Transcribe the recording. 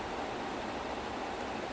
ya virat colleague's wife ya